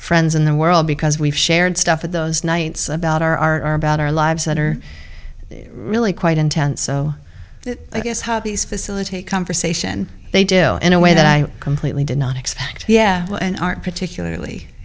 friends in the world because we've shared stuff of those nights about our about our lives that are really quite intense so i guess hobbies facilitate conversation they do in a way that i completely did not expect yeah and aren't particularly